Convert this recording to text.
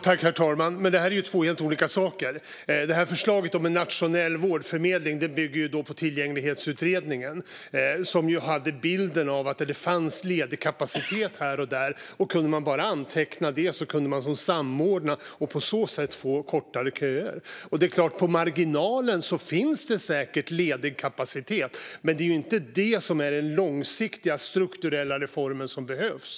Herr talman! Det är två helt olika saker. Förslaget om en nationell vårdförmedling bygger på tillgänglighetsutredningen, som hade bilden att det fanns ledig kapacitet här och där och att man bara genom att anteckna och samordna den kunde få kortare köer. Det är klart att det säkert finns ledig kapacitet på marginalen, men detta är inte den långsiktiga strukturella reform som behövs.